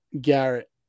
Garrett